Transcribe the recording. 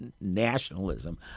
nationalism